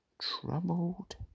troubled